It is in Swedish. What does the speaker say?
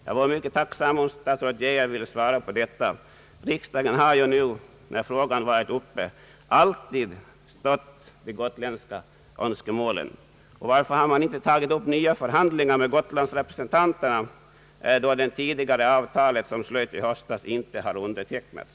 Jag vore mycket tacksam om statsrådet Geijer ville svara på detta. Riksdagen har ju när frågan varit uppe alltid stött de gotländska önskemålen. Varför har man inte tagit upp nya förhandlingar med gotlandsrepresentanterna, då det tidigare avtalet som slöts i höstas inte har undertecknats?